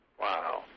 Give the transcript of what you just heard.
Wow